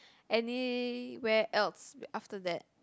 anywhere else after that